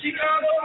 Chicago